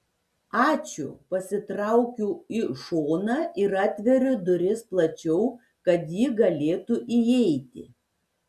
ačiū pasitraukiu į šoną ir atveriu duris plačiau kad ji galėtų įeiti